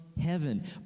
heaven